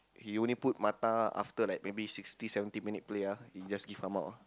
he only put Mattar after like maybe sixty seventy minute play ah he just give come out ah